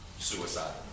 Suicide